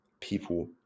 people